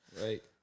right